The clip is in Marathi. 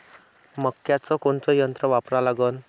मक्याचं कोनचं यंत्र वापरा लागन?